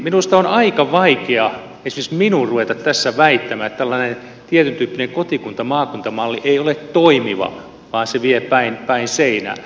minusta on aika vaikea esimerkiksi minun ruveta tässä väittämään että tällainen tietyntyyppinen kotikuntamaakunta malli ei ole toimiva vaan se vie päin seinää